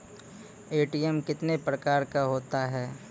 ATM कितने प्रकार का होता हैं?